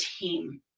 team